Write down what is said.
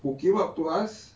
who came up to us